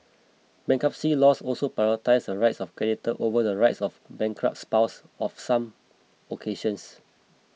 bankruptcy laws also prioritise the rights of creditors over the rights of the bankrupt's spouse of some occasions